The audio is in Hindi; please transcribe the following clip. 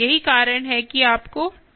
यही कारण है कि आपको टिप मास डालना होगा